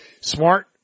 Smart